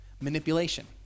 Manipulation